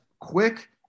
quick